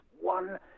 one